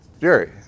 Jerry